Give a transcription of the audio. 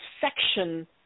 section